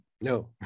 no